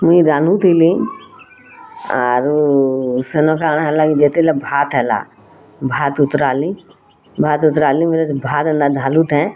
ମୁଇଁ ରାନ୍ଧୁଥିଲି ଆରୁ ସେନ କାଣା ହେଲାକି ଯେତେବେଲେ ଭାତ ହେଲା ଭାତ ଉତ୍ତରାଲି ଭାତ ଉତ୍ତରାଲି ବେଲେ ସେ ଭାତ ହେଲା ଢାଲୁଥାଏ